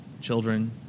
children